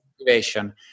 motivation